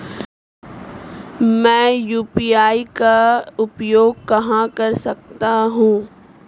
मैं यू.पी.आई का उपयोग कहां कर सकता हूं?